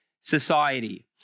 society